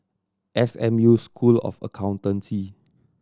S M U School of Accountancy